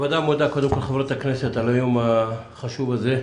הוועדה מודה לחברות הכנסת על היום החשוב הזה.